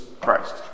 Christ